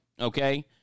Okay